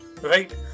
right